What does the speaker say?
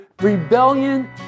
rebellion